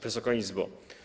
Wysoka Izbo!